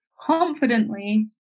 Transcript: confidently